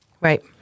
Right